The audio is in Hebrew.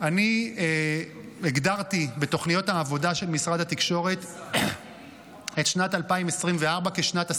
אני הגדרתי בתוכניות העבודה של משרד התקשורת את שנת 2024 כשנת הסלולר.